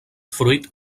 fruit